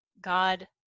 God